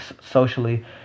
socially